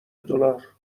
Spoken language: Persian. دلار